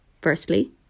Firstly